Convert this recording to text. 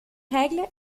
règles